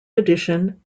addition